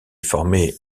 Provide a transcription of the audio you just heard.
formée